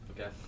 Okay